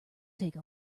take